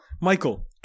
michael